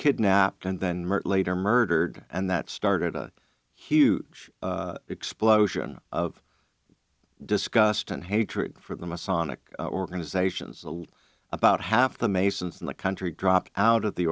kidnapped and then later murdered and that started a huge explosion of disgust and hatred for the masonic organizations about half the masons in the country dropped out of the